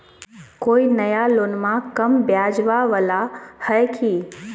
कोइ नया लोनमा कम ब्याजवा वाला हय की?